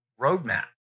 roadmap